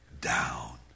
down